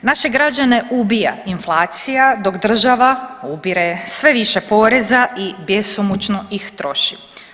Naše građane ubija inflacija, dok država ubire sve više poreza i bjesomučno ih troši.